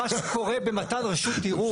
מה שקורה במתן רשות ערעור,